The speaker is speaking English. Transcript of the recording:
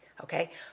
okay